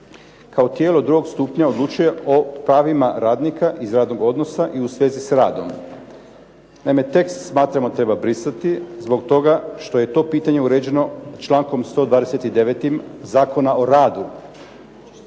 Kao tijelo drugog stupnja odlučuje o pravima radnika iz radnog odnosa i u svezi s radom. Naime, tekst smatramo treba brisati zbog toga što je to pitanje uređeno člankom 129. Zakona o radu.